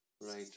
Right